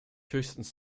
höchstens